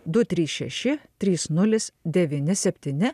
du trys šeši trys nulis devyni septyni